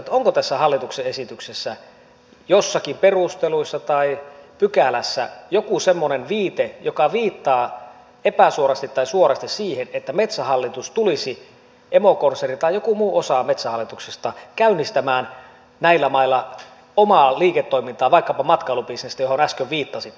onko tässä hallituksen esityksessä jossakin perusteluissa tai pykälässä joku semmoinen viite joka viittaa epäsuorasti tai suorasti siihen että metsähallitus tulisi emokonserni tai joku muu osa metsähallituksesta käynnistämään näillä mailla omaa liiketoimintaa vaikkapa matkailubisnestä johon äsken viittasitte